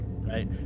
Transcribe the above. Right